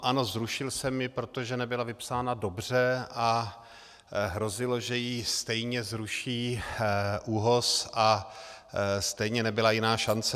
Ano, zrušil jsem ji, protože nebyla vypsána dobře a hrozilo, že ji stejně zruší ÚOHS, a stejně nebyla jiná šance.